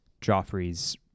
Joffrey's